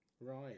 Right